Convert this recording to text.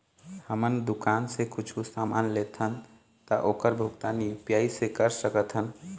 हमन दुकान से कुछू समान लेथन ता ओकर भुगतान यू.पी.आई से कर सकथन?